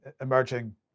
emerging